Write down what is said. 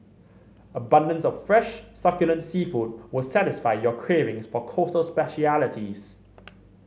abundance of fresh succulent seafood will satisfy your cravings for coastal specialities